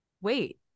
wait